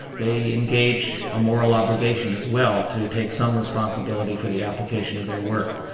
they engage a moral obligation as well, to take some responsibility for the application of their work.